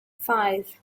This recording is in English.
five